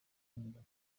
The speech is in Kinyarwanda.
jonathan